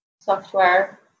software